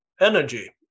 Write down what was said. energy